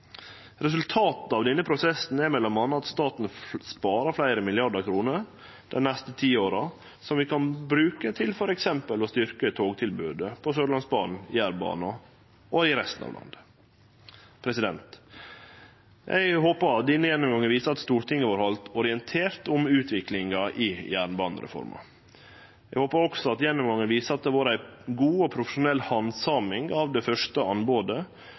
Resultatet av denne prosessen er m.a. at staten sparer fleire milliardar kroner dei neste ti åra som vi kan bruke til f.eks. å styrkje togtilbodet på Sørlandsbanen, Jærbanen og i resten av landet. Eg håpar at denne gjennomgangen viser at Stortinget har vore halde orientert om utviklinga i jernbanereforma. Eg håpar også at gjennomgangen viser at det har vore ei god og profesjonell handsaming av dette første anbodet,